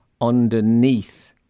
underneath